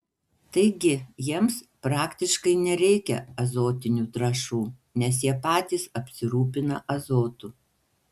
taigi jiems praktiškai nereikia azotinių trąšų nes jie patys apsirūpina azotu